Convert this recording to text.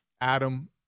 Adam